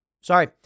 Sorry